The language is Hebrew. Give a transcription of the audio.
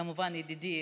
כמובן, ידידי,